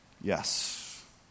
Yes